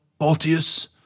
Baltius